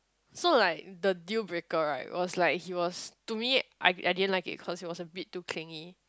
so like the deal breaker right was like he was to me I I didn't like it cause he was a bit too clingy